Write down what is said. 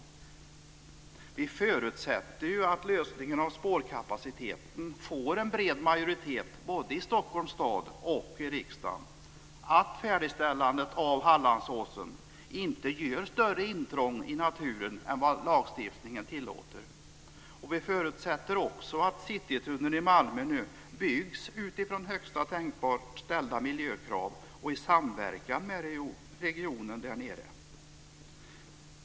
Vi förutsätter att lösningen av spårkapaciteten får en bred majoritet både i Stockholms stad och i riksdagen och att färdigställandet av Hallandsåsen inte gör större intrång i naturen än lagstiftningen tillåter. Vi förutsätter också att Citytunneln i Malmö byggs utifrån högsta tänkbara miljökrav och i samverkan med regionen där nere.